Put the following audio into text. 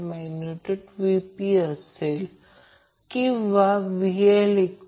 म्हणून मी न्यूट्रल किंवा काहीही दर्शवत नाही